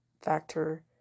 factor